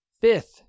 fifth